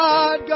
God